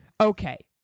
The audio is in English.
Okay